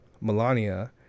Melania